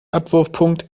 abwurfpunkt